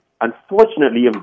Unfortunately